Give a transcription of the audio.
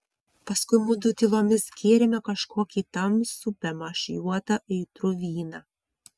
paskui mudu tylomis gėrėme kažkokį tamsų bemaž juodą aitrų vyną